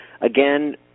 again